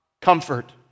comfort